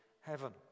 heaven